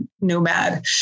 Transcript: nomad